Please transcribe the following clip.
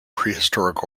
prehistoric